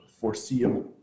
foreseeable